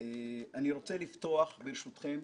אני רוצה לפתוח, ברשותכם,